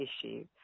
issue